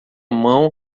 mão